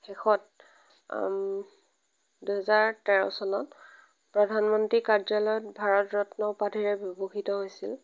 শেষত দুহেজাৰ তেৰ চনত প্ৰধানমন্ত্ৰীৰ কাৰ্য্যালয়ত ভাৰত ৰত্ন উপাধিৰে বিভূষিত হৈছিল